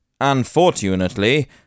Unfortunately